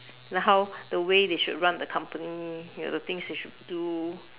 like how the way they should run the company you know the things they should do